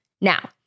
Now